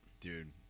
dude